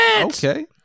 Okay